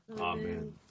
Amen